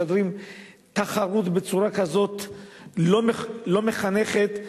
משדרות תחרות בצורה לא מחנכת,